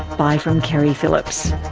bye from keri phillips